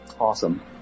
Awesome